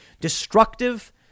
Destructive